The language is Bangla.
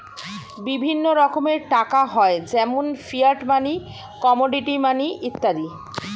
বিভিন্ন রকমের টাকা হয় যেমন ফিয়াট মানি, কমোডিটি মানি ইত্যাদি